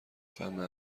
فهمه